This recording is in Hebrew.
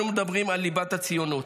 אנחנו מדברים על ליבת הציונות.